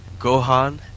Gohan